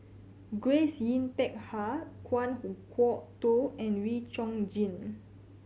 Grace Yin Peck Ha Kan Kwok Toh and Wee Chong Jin